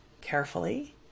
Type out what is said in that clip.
carefully